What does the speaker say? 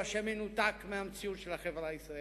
שמנותק מהמציאות של החברה הישראלית.